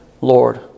Lord